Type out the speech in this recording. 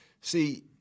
See